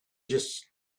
just